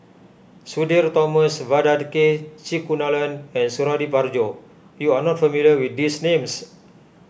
Sudhir Thomas Vadaketh C Kunalan and Suradi Parjo you are not familiar with these names